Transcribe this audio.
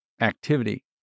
activity